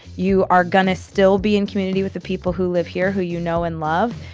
you are gonna still be in community with the people who live here who you know and love.